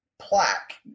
Plaque